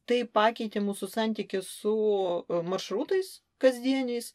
tai pakeitė mūsų santykį su maršrutais kasdieniais